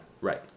Right